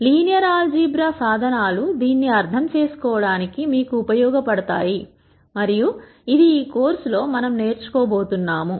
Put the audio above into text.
linear algebra సాధనాలు దీన్ని అర్థం చేసుకోవడానికి మీకు ఉపయోగపడతాయి మరియు ఇది ఈ కోర్సులో మనము నేర్చుకోబోతున్నాము